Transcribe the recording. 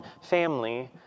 family